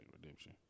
Redemption